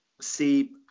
See